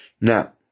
Now